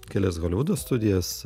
kelias holivudo studijas